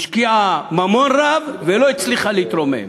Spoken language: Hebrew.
השקיעה ממון רב, והיא לא הצליחה להתרומם,